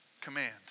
command